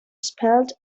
spelt